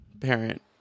parent